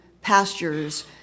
pastures